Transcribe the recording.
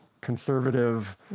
conservative